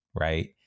right